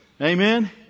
Amen